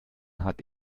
hat